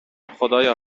خدایا